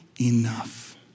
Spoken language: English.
enough